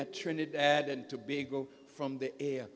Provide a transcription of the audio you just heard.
at trinidad and tobago from the air